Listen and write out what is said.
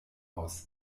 aus